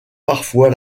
parfois